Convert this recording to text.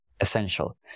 essential